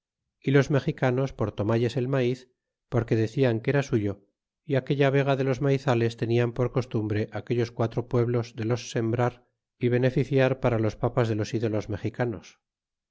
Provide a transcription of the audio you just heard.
y los mexicanos por tomalles el maiz porque decian que era suyo y aquella vega de los maizales tenian por costumbre aquellos quatro pueblos de los sembrar y beneficiar para los papas de los ídolos mexicanos